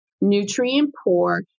nutrient-poor